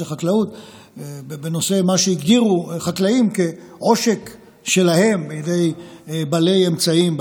חקלאות ובמה שהגדירו חקלאים כעושק שלהם על ידי בעלי אמצעים,